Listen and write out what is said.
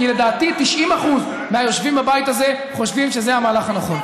כי לדעתי 90% מהיושבים בבית הזה חושבים שזה המהלך הנכון.